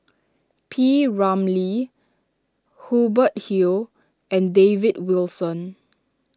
P Ramlee Hubert Hill and David Wilson